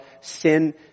sin